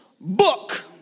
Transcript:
book